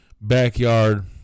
backyard